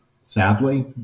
sadly